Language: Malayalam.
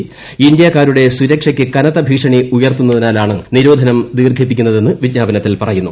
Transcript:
ഇ ഇന്ത്യക്കാരുടെ സുരക്ഷയ്ക്ക് കനത്തൃഭ്ടീഷ്ണി ഉയർത്തുന്നതിനാലാണ് നിരോധനം ദീർഘിപ്പിക്കുന്നതെന്ന് വീജ്ഞാപനത്തിൽ പറയുന്നു